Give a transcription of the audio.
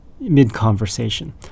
mid-conversation